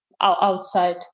outside